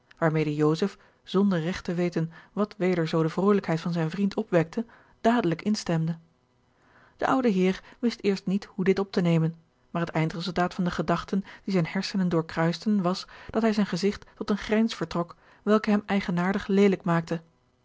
waarmede joseph zonder regt te weten wat weder zoo de vrolijkheid van zijn vriend opwekte dadelijk instemde de oude heer wist eerst niet hoe dit op te nemen maar het eindresultaat van de gedachten die zijne hersenen doorkruisten was dat hij zijn gezigt tot een grijns vertrok welke hem eigenaardig leelijk maakte